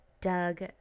Doug